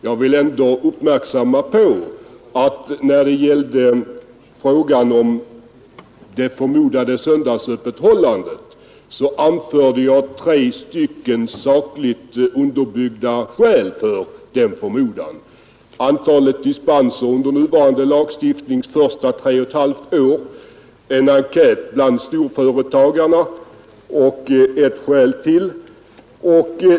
Jag vill fästa uppmärksamheten på att jag anförde tre sakligt underbyggda skäl för det förmodade söndagsöppethållandet: antalet dispenser under nuvarande lagstiftnings första tre och ett halvt år, en enkät bland storföretagarna och ytterligare ett skäl.